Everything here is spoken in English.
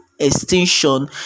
extinction